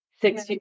six